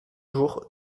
jour